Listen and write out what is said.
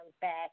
back